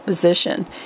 position